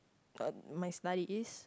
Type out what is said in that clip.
uh my study is